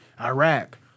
Iraq